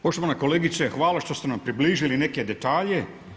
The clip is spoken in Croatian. Poštovana kolegice, hvala vam što ste nam približili neke detalje.